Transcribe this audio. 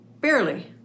barely